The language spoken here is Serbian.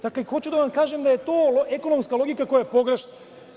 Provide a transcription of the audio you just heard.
Dakle, hoću da vam kažem da je to ekonomska logika koja je pogrešna.